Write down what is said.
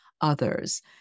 others